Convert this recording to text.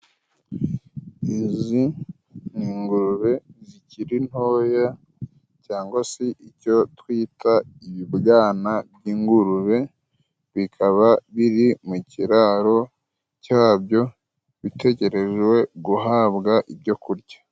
Izi ni ingurube zikiri ntoya cyangwa se icyo twita ibibwana by'ingurube. Bikaba biri mu kiraro cyabyo bitegereje guhabwa ibyo kurya.